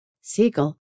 Siegel